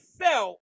felt